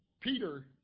Peter